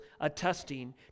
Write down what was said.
attesting